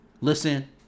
Listen